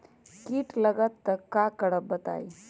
कीट लगत त क करब बताई?